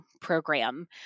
program